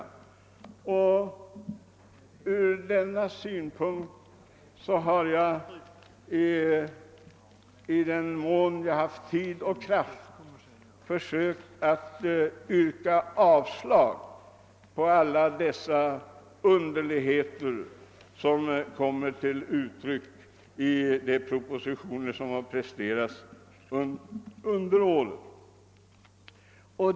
Från denna synpunkt har jag, i den mån jag har haft tid och kraft, försökt att yrka avslag på alla de underligheter som kommit till uttryck i de propositioner som framlagts under åren.